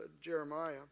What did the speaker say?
Jeremiah